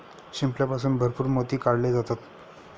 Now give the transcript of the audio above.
शिंपल्यापासून भरपूर मोती काढले जातात